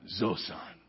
Zosan